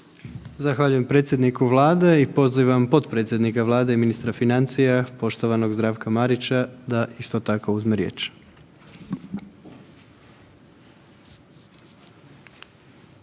Zahvaljujem predsjedniku Vlade i pozivam potpredsjednika Vlade i ministra financija, poštovanog Zdravka Marića da isto tako uzme riječ.